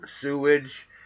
sewage